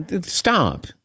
stop